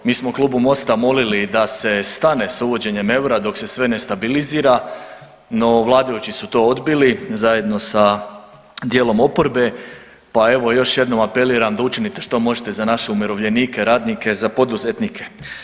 Mi smo u klubu MOST-a molili da se stane sa uvođenjem eura dok se sve ne stabilizira, no vladajući su to odbili zajedno sa dijelom oporbe, pa evo još jednom apeliram da učinite što možete za naše umirovljenike, radnike, za poduzetnike.